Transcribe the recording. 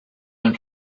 and